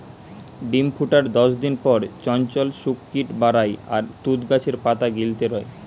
ডিম ফুটার দশদিন পর চঞ্চল শুক কিট বারায় আর তুত গাছের পাতা গিলতে রয়